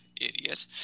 idiot